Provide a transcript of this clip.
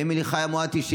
אמילי חיה מואטי,